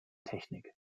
technik